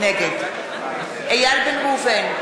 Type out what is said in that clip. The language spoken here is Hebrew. נגד איל בן ראובן,